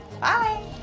Bye